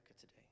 today